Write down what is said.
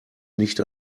nicht